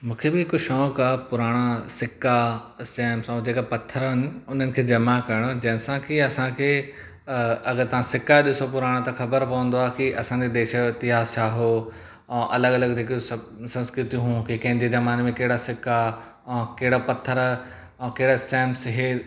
मूंखे बि हिकु शौंक आहे पुराणा सिक्का स्टैम्स ऐं जेके पत्थर आहिनि उन्हनि खे जमा करण जो जंहिं सां कि असां खे अगर तव्हां सिक्का ॾिसो पुराणा त ख़बरु पवन्दव कि असां जे देश जो इतिहासु छा हो ऐं अलॻि अलॻि जेके सभु संस्कृतीयूं हुयूं कि कंहिं जे ज़माने में कहिड़ा सिक्का ऐं कहिड़ा पत्थर ऐं कहिड़ा स्टेम्स हे